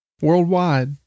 Worldwide